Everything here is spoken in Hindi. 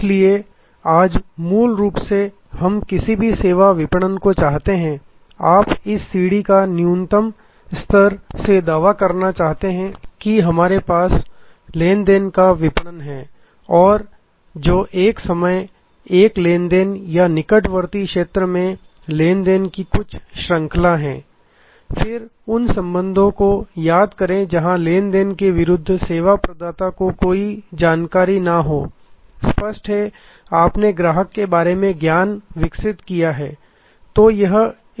इसलिए आज मूल रूप से हम किसी भी सेवा विपणन को चाहते हैं आप इस सीढ़ी का न्यूनतम स्तर से दावा करना चाहते हैं कि हमारे पास पर लेन देन का विपणन है जो एक समय एक लेन देन या निकटवर्ती क्षेत्र में लेन देन की कुछ श्रृंखला है फिर उन संबंधों को याद करें जहां लेन देन के विरुद्ध सेवा प्रदाता को कोई जानकारी ना हो स्पष्ट है आपने ग्राहक के बारे में ज्ञान विकसित किया है